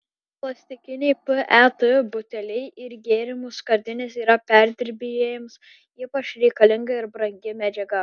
plastikiniai pet buteliai ir gėrimų skardinės yra perdirbėjams ypač reikalinga ir brangi medžiaga